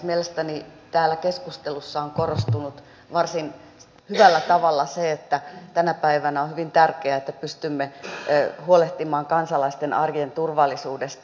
mielestäni täällä keskustelussa on korostunut varsin hyvällä tavalla se että tänä päivänä on hyvin tärkeää että pystymme huolehtimaan kansalaisten arjen turvallisuudesta